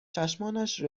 چشمانش